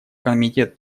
комитет